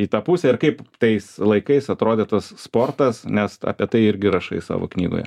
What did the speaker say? į tą pusę ir kaip tais laikais atrodė tas sportas nes apie tai irgi rašai savo knygoje